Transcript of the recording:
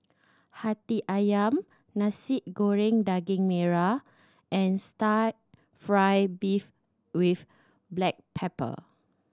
Hati Ayam Nasi Goreng Daging Merah and style fry beef with black pepper